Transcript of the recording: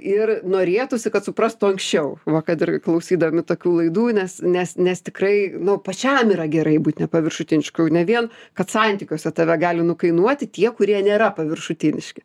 ir norėtųsi kad suprastų anksčiau va kad ir klausydami tokių laidų nes nes nes tikrai nu pačiam yra gerai būt nepaviršutinišku ne vien kad santykiuose tave gali nukainuoti tie kurie nėra paviršutiniški